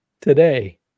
today